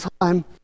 time